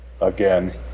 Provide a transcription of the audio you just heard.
again